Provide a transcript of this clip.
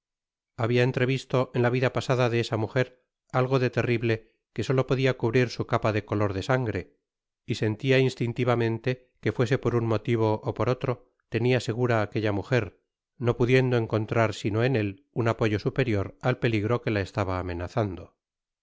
habia entrevisto en la vida pasada de esa mujer algo de terrible que solo podia cu brir su capa de color de sangre y sentia instintivamente que fuese por un motivo ó por otro tenia segura aquella mujer no pudiendo encontrar sino en él un apoyo superior al peligro que la estaba amenazando